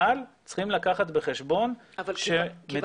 אבל צריכים לקחת בחשבון שמדובר --- אבל כיוון